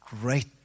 great